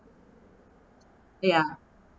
ya